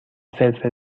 فلفل